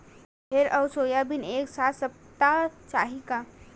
राहेर अउ सोयाबीन एक साथ सप्ता चाही का?